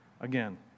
again